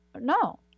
No